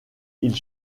ils